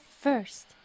first